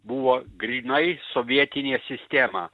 buvo grynai sovietinė sistema